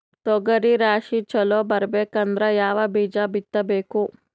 ತೊಗರಿ ರಾಶಿ ಚಲೋ ಬರಬೇಕಂದ್ರ ಯಾವ ಬೀಜ ಬಿತ್ತಬೇಕು?